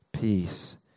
Peace